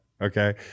okay